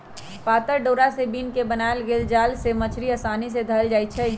पातर डोरा से बिन क बनाएल गेल जाल से मछड़ी असानी से धएल जाइ छै